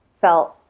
felt